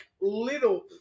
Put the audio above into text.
little